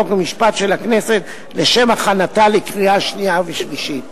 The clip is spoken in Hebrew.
חוק ומשפט של הכנסת לשם הכנתה לקריאה שנייה ושלישית.